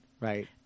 Right